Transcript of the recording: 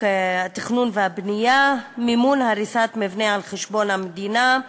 התכנון והבנייה (מימון הריסת מבנה על חשבון המדינה),